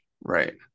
Right